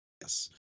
Yes